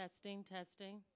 testing testing